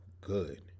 good